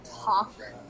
talk